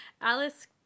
Alice